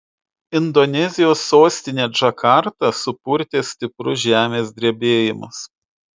indonezijos sostinę džakartą supurtė stiprus žemės drebėjimas